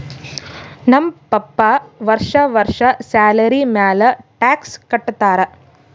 ನಮ್ ಪಪ್ಪಾ ವರ್ಷಾ ವರ್ಷಾ ಸ್ಯಾಲರಿ ಮ್ಯಾಲ ಟ್ಯಾಕ್ಸ್ ಕಟ್ಟತ್ತಾರ